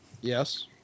Yes